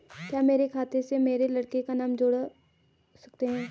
क्या मेरे खाते में मेरे लड़के का नाम जोड़ सकते हैं?